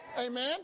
Amen